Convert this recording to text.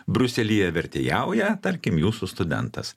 briuselyje vertėjauja tarkim jūsų studentas